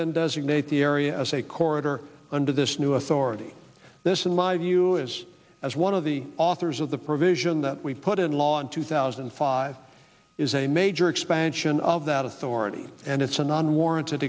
then designate the area as a corridor under this new authority this in my view is as one of the authors of the provision that we put in law in two thousand and five is a major expansion of that authority and it's an unwarranted